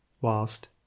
whilst